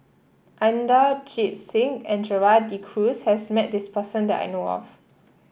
Inderjit Singh and Gerald De Cruz has met this person that I know of